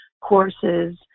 courses